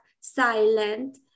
silent